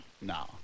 No